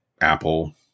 apple